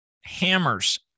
hammers